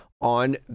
on